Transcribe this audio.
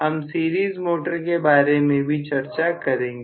हम series motor के बारे में भी चर्चा करेंगे